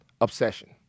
Obsession